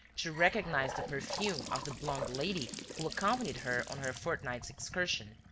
to recognize the perfume of the blonde lady who accompanied her on her fortnight's excursion.